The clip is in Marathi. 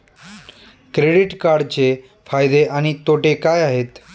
क्रेडिट कार्डचे फायदे आणि तोटे काय आहेत?